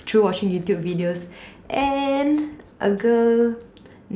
through watching YouTube videos and a girl